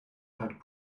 had